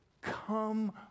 come